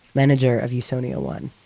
manager of usonia one.